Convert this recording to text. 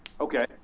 Okay